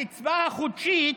הקצבה החודשית